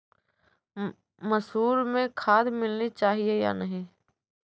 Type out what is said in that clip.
मसूर में खाद मिलनी चाहिए या नहीं?